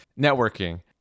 networking